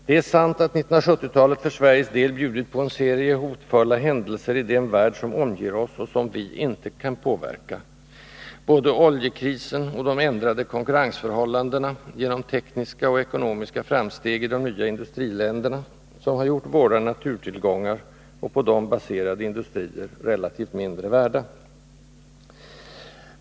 Det är sant att 1970-talet för Sveriges del bjudit på en serie hotfulla händelser i den värld som omger oss och som vi ej kunnat påverka: både oljekrisen och de ändrade konkurrensförhållandena genom tekniska och ekonomiska framsteg i de nya industriländerna, som har gjort våra naturtillgångar och på dem baserade industrier relativt mindre värda.